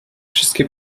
wszystkie